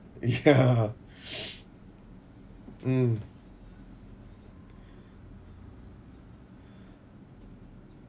ya mm